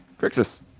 Crixus